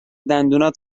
دندونات